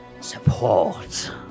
support